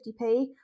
50p